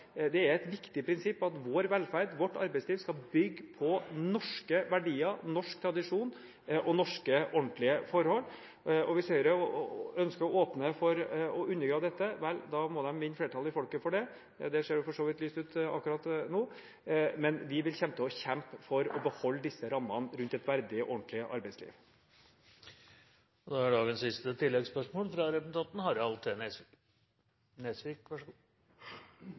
Det er et viktig prinsipp at vår velferd, vårt arbeidsliv, skal bygge på norske verdier, på norsk tradisjon og på norske, ordentlige forhold. Hvis Høyre ønsker å åpne for å undergrave dette, vel, da må de vinne flertallet i folket for det – og det ser jo for så vidt lyst ut for det akkurat nå – men vi kommer til å kjempe for å beholde disse rammene rundt et verdig og ordentlig arbeidsliv.